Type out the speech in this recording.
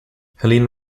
helene